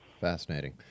Fascinating